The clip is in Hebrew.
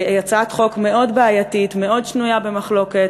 היא הצעת חוק מאוד בעייתית, מאוד שנויה במחלוקת.